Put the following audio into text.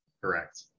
Correct